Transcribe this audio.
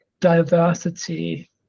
diversity